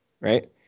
right